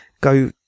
Go